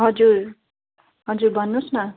हजुर हजुर भन्नुहोस् न